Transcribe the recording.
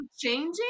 changing